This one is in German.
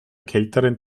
kälteren